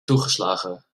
toegeslagen